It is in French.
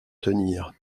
tenir